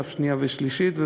ועכשיו שנייה ושלישית,